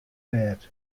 bêd